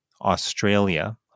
Australia